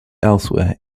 elsewhere